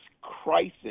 crisis